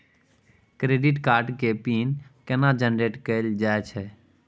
Credit card के pin केना generate कैल जाए छै?